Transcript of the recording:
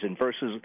versus